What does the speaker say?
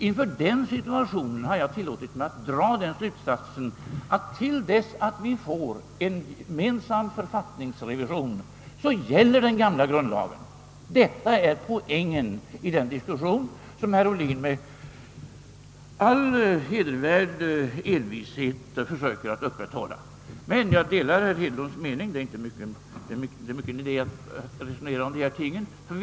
Inför den situationen har jag tillåtit mig att dra slutsatsen, att till dess vi får en gemensam författningsrevision, så gäller den gamla grundlagen. Detta är poängen i den diskussion som herr Ohlin med all hedervärd envishet försöker hålla vid liv. Jag delar herr Hedlunds uppfattning att det inte är mycken idé att resonera om dessa ting.